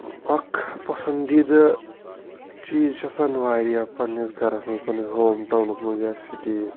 اَکھ پَسنٛدیٖدٕ چیٖز چھِ آسان وارِیاہ پَنٛنِس گَرَس منٛز پَنٛنِس ہوم ٹاونَس منٛز یا سِٹی